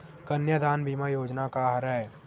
कन्यादान बीमा योजना का हरय?